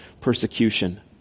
persecution